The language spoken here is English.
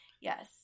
Yes